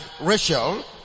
Rachel